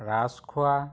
Rajkhowa